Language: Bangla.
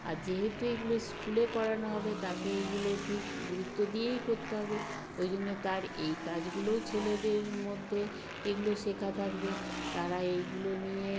আর যেহেতু এগুলো স্কুলে করানো হবে তাকে এইগুলো ঠিক গুরুত্ব দিয়েই করতে হবে ওই জন্য তার এই কাজগুলোও ছেলেদের মধ্যে এগুলো শেখা থাকবে তারা এইগুলো নিয়ে